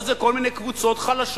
או שזה כל מיני קבוצות חלשות,